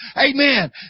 amen